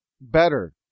better